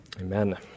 amen